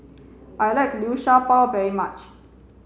I like Liu Sha Bao very much